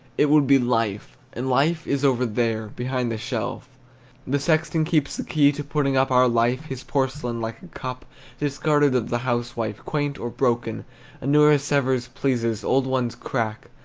it would be life, and life is over there behind the shelf the sexton keeps the key to, putting up our life, his porcelain, like a cup discarded of the housewife, quaint or broken a newer sevres pleases, old ones crack.